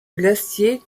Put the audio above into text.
glacier